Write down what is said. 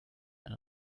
ein